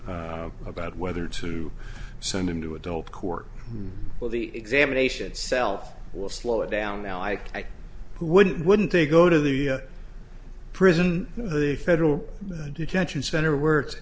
about whether to send him to adult court well the examination itself will slow it down now i wouldn't wouldn't they go to the prison the federal detention center were